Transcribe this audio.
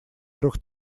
трех